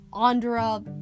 Andra